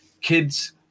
Kids